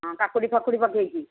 ହଁ କାକୁଡି ଫାକୁଡ଼ି ପକାଇକି